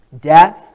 Death